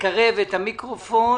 לחברי הוועדה,